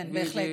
כן, בהחלט.